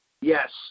Yes